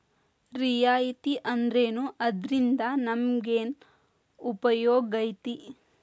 ರಿಯಾಯಿತಿ ಅಂದ್ರೇನು ಅದ್ರಿಂದಾ ನಮಗೆನ್ ಉಪಯೊಗೈತಿ?